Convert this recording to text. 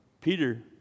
peter